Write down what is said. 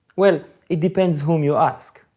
well, it depends whom you ask.